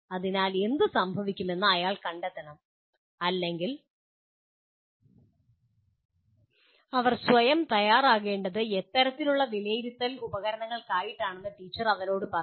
അതിനാൽ എന്ത് സംഭവിക്കുമെന്ന് അയാൾ കണ്ടെത്തണം അല്ലെങ്കിൽ അവർ സ്വയം തയ്യാറാകേണ്ടത് എത്തരത്തിലുള്ള വിലയിരുത്തൽ ഉപകരണങ്ങൾക്കായിട്ടാണന്ന് ടീച്ചർ അവനോട് പറയണം